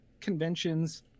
conventions